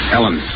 Ellen